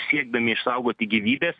siekdami išsaugoti gyvybę